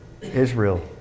Israel